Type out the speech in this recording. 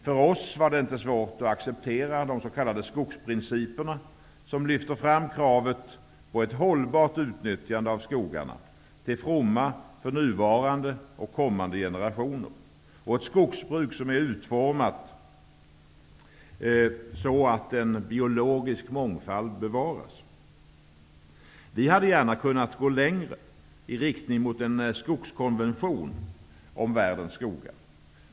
För oss var det inte svårt att acceptera de s.k. skogsprinciperna, som lyfter fram kravet på ett hållbart utnyttjande av skogarna till fromma för nuvarande och kommande generationer samt ett skogsbruk som är utformat så att en biologisk mångfald bevaras. Vi hade gärna gått längre i riktning mot en skogskonvention om världens skogar.